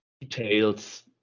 details